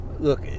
Look